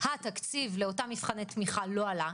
התקציב לאותם מבחני תמיכה לא עלה,